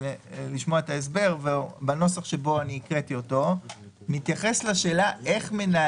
אנחנו מתייחסים למצב שבו נסגר או מוזג אותו מסלול ברירת מחדל,